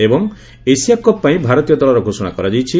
ଏବଂ Asia cup ପାଇଁ ଭାରତୀୟ ଦଳର ଘୋଷଣା କରାଯାଇଛି